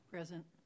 Present